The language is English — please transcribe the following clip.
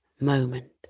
moment